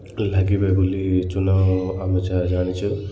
ଲାଗିବେ ବୋଲି ଚୁନାଓ ଆମେ ଯାହା ଜାଣିଛୁ